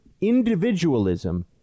individualism